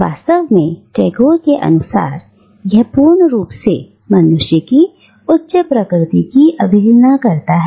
वास्तव में टैगोर के अनुसार यह पूर्ण रूप से मनुष्य की उच्च प्रकृति की अवहेलना करता है